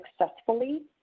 successfully